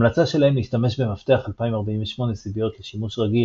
המלצה שלהם להשתמש במפתח 2048 סיביות לשימוש רגיל